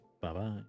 Bye-bye